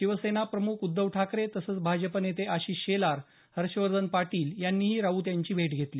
शिवसेना पक्ष प्रमुख उद्धव ठाकरे तसंच भाजप नेते आशिष शेलार हर्षवर्धन पाटील यांनीही राऊत यांची भेट घेतली